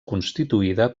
constituïda